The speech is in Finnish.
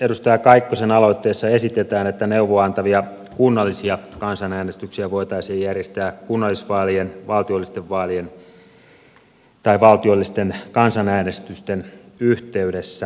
edustaja kaikkosen aloitteessa esitetään että neuvoa antavia kunnallisia kansanäänestyksiä voitaisiin järjestää kunnallisvaalien valtiollisten vaalien tai valtiollisten kansanäänestysten yhteydessä